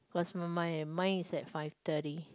cause my my mine is at five thirty